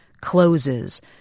closes